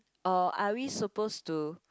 or are we supposed to